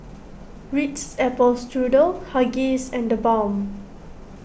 Ritz Apple Strudel Huggies and theBalm